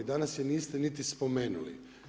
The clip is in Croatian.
Danas je niste niti spomenuli.